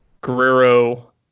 Guerrero